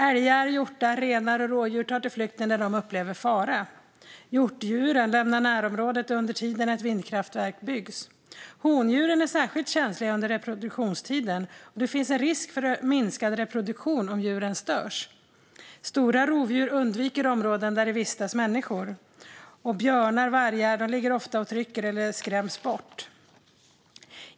Älgar, hjortar, renar och rådjur tar till flykten när de upplever fara. Hjortdjuren lämnar närområdet under tiden ett vindkraftverk byggs. Hondjuren är särskilt känsliga under reproduktionstiden, och det finns risk för minskad reproduktion om djuren störs. Stora rovdjur undviker områden där det vistas människor. Björnar och vargar ligger ofta och trycker eller skräms bort.